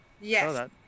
Yes